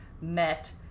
met